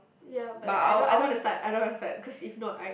ya but like I don't I don't want to start I don't want to start cause if not I